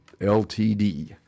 LTD